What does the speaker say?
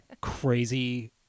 ...crazy